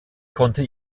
konnte